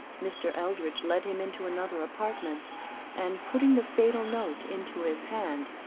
mr. eldridge led him into another apartment and putting the fatal note into his hand,